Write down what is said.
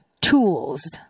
tools